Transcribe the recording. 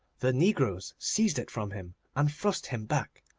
the negroes seized it from him, and thrust him back.